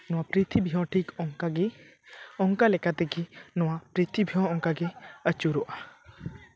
ᱱᱚᱣᱟ ᱯᱨᱤᱛᱷᱤᱵᱤ ᱦᱚᱸ ᱴᱷᱤᱠ ᱚᱱᱠᱟ ᱜᱮ ᱚᱱᱠᱟ ᱞᱮᱠᱟ ᱛᱮᱜᱮ ᱱᱚᱣᱟ ᱯᱨᱤᱛᱷᱤᱵᱤ ᱦᱚᱸ ᱚᱱᱠᱟ ᱜᱮ ᱟᱹᱪᱩᱨᱚᱜᱼᱟ